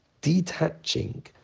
detaching